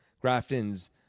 Grafton's